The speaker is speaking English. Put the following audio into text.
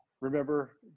Remember